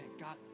God